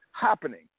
happening